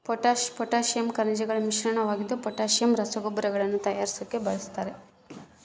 potash potassium ಖನಿಜಗಳ ಮಿಶ್ರಣವಾಗಿದ್ದು potassium ರಸಗೊಬ್ಬರಗಳನ್ನು ತಯಾರಿಸಾಕ ಬಳಸ್ತಾರ